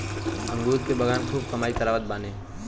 अंगूर के बगान खूब कमाई करावत बाने